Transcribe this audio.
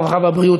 הרווחה והבריאות,